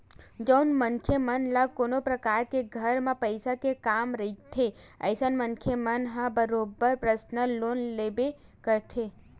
जउन मनखे मन ल कोनो परकार के घर म पइसा के काम रहिथे अइसन मनखे मन ह बरोबर परसनल लोन लेबे करथे